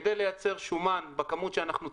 כדי לייצר שומן בכמות שאנחנו צריכים,